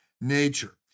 nature